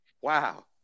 Wow